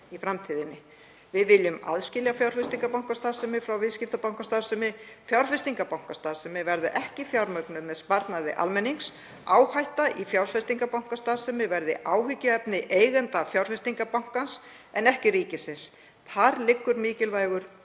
í framtíðinni. Við viljum aðskilja fjárfestingarbankastarfsemi og viðskiptabankastarfsemi, fjárfestingarbankastarfsemi verði ekki fjármögnuð með sparnaði almennings, áhætta í fjárfestingarbankastarfsemi verði áhyggjuefni eigenda fjárfestingarbankans en ekki ríkisins. Þar liggur mikilvægur